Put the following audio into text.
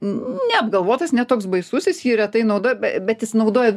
neapgalvotas ne toks baisus jis jį retai naudoja bet jis naudoja